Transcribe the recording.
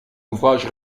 ouvrage